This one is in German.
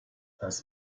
das